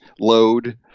load